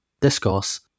discourse